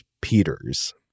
Peters